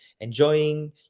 enjoying